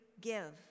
give